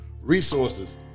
resources